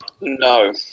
No